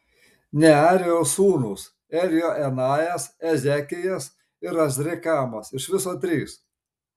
nearijos sūnūs eljoenajas ezekijas ir azrikamas iš viso trys